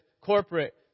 corporate